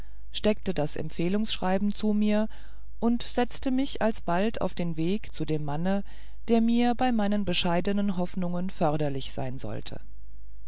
steckte das empfehlungsschreiben zu mir und setzte mich alsbald auf den weg zu dem manne der mir bei meinen bescheidenen hoffnungen förderlich sein sollte